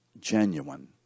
genuine